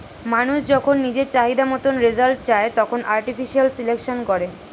মানুষ যখন নিজের চাহিদা মতন রেজাল্ট চায়, তখন আর্টিফিশিয়াল সিলেকশন করে